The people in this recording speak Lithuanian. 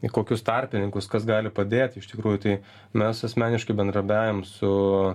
į kokius tarpininkus kas gali padėt iš tikrųjų tai mes asmeniškai bendradarbiaujam su